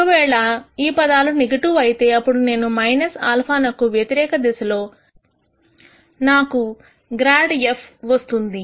ఒకవేళ ఈ పదాలు నెగటివ్ అయితే అప్పుడు నేను α నకు వ్యతిరేక దిశ లో నాకు ∇ α వస్తుంది